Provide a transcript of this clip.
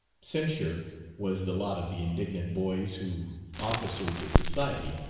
censure was the lot of the indignant boys who officered the society,